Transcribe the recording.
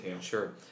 sure